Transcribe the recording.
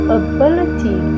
ability